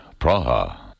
Praha